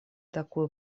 такую